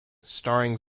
starring